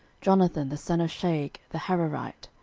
jonathan the son of shage the hararite,